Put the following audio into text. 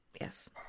Yes